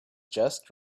just